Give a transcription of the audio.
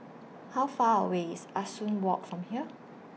How Far away IS Ah Soo Walk from here